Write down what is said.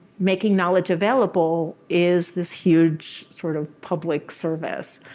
making knowledge available, is this huge sort of public service.